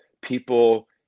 people